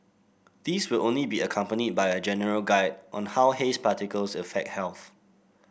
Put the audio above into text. these will only be accompanied by a general guide on how haze particles affect health